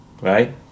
right